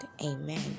Amen